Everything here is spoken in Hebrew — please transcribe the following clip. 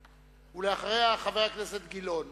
ולאחריה, חבר הכנסת גילאון.